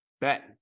Bet